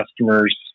customers